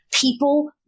People